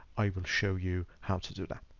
i will show you how to do that.